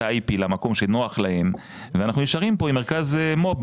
ה-IP למקום שנוח להן ואנחנו נשארים כאן עם מרכז מו"פ,